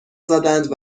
زدند